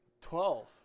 Twelve